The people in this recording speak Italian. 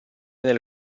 nel